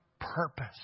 purpose